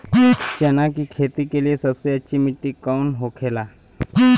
चना की खेती के लिए सबसे अच्छी मिट्टी कौन होखे ला?